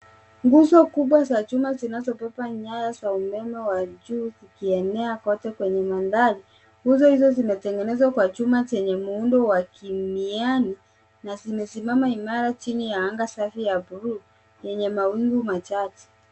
Nguzo kubwa za chuma zinazobeba nyaya za umeme wa juu zikienea kote kwenye mandhari. Nguzo hizo zimetengenezwa kwa chuma zenye muundo wa kiniani na zimesimama imara chini ya anga ya bluu yenye mawingu machache.